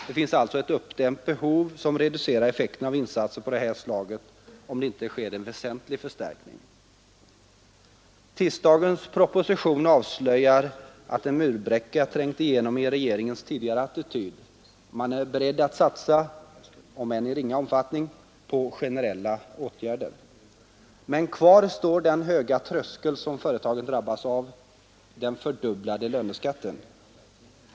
Det finns alltså ett uppdämt behov som reducerar effekten av insatser av det här slaget, om det inte sker en väsentlig förstärkning. Tisdagens proposition avslöjar att en murbräcka trängt igenom regeringens tidigare attityd; man är beredd att satsa om än i ringa omfattning — på generella åtgärder. Men kvar står den höga tröskel som företagen drabbas av: den fördubblade löneskatten.